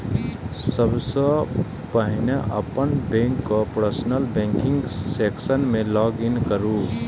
सबसं पहिने अपन बैंकक पर्सनल बैंकिंग सेक्शन मे लॉग इन करू